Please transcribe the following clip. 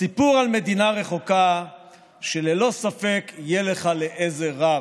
סיפור על מדינה רחוקה שללא ספק יהיה לך לעזר רב.